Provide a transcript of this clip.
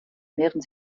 mehren